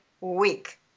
week